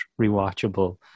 rewatchable